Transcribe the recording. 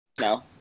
No